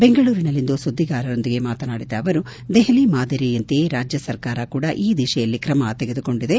ಬೆಂಗಳೂರಿನಲ್ಲಿಂದು ಸುದ್ದಿಗಾರರೊಂದಿಗೆ ಮಾತನಾಡಿದ ಅವರು ದೆಪಲಿ ಮಾದರಿಯಂತೆಯೇ ರಾಜ್ಯ ಸರ್ಕಾರವು ಕೂಡ ಈ ದಿಶೆಯಲ್ಲಿ ಕ್ರಮ ತೆಗೆದುಕೊಂಡಿದೆ